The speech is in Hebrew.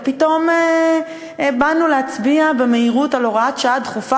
ופתאום באנו להצביע במהירות על הוראת שעה דחופה